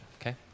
okay